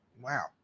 Wow